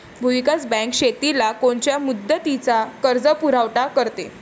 भूविकास बँक शेतीला कोनच्या मुदतीचा कर्जपुरवठा करते?